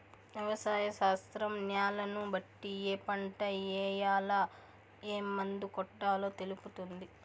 వ్యవసాయ శాస్త్రం న్యాలను బట్టి ఏ పంట ఏయాల, ఏం మందు కొట్టాలో తెలుపుతుంది